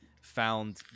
found